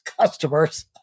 customers